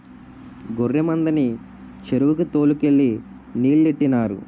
గొర్రె మందని చెరువుకి తోలు కెళ్ళి నీలెట్టినారు